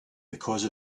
because